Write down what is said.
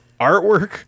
Artwork